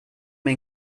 med